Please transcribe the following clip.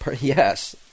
Yes